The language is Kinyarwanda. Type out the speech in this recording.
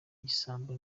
ibisambo